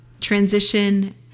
transition